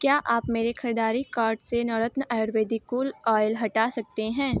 क्या आप मेरे ख़रीदारी कार्ट से नवरत्न आयुर्वेदिक कूल ऑयल हटा सकते हैं